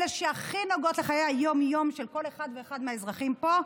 אלה שהכי נוגעות לחיי היום-יום של כל אחד ואחד מהאזרחים פה,